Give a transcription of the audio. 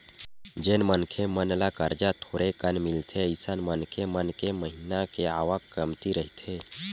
जेन मनखे मन ल करजा थोरेकन मिलथे अइसन मनखे मन के महिना के आवक ह कमती रहिथे